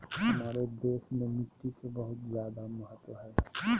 हमार देश में मिट्टी के बहुत जायदा महत्व हइ